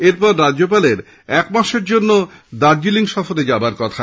এরপর রাজ্যপালের এক মাসের জন্য দার্জিলিং সফরে যাওয়ার কথা